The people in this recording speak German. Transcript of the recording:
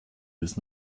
bis